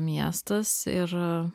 miestas ir